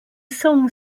song